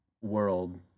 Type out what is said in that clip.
world